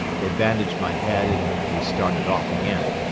they bandaged my head and we started off again.